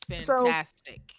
fantastic